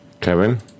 Kevin